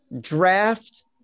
draft